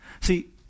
See